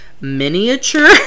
miniature